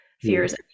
fears